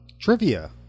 Trivia